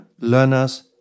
Learner's